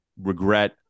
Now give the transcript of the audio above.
regret